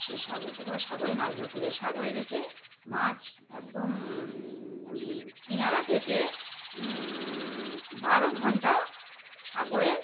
সেই সাগর দিয়ে সাগরে মাছ ধরতে যায় সাগরে গেছে মাছ একদম কিনারা থেকে বারো ঘণ্টা সাগরের